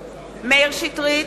שטרית,